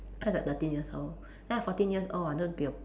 that was at thirteen years old then I fourteen years old I wanted to be a